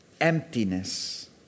emptiness